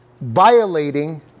violating